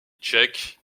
tchèque